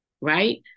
Right